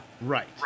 Right